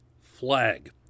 flag